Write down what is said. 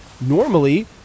normally